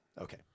Okay